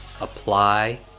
Apply